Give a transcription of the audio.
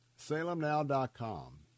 SalemNow.com